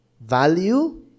value